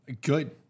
Good